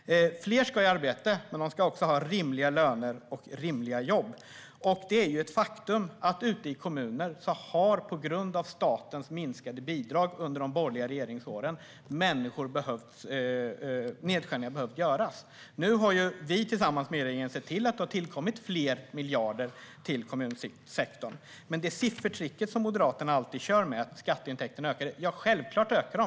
Fler ska i arbete, men de ska också ha rimliga löner och rimliga jobb. Det är ett faktum att nedskärningar har behövt göras ute i kommuner på grund av statens minskade bidrag under de borgerliga regeringsåren. Nu har vi tillsammans med regeringen sett till att det har tillkommit fler miljarder till kommunsektorn. Moderaterna kör alltid med siffertricket att skatteintäkterna ökar. Ja, självklart ökar de.